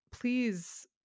Please